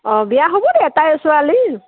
অঁ বিয়া হ'বনে এটাই ছোৱালী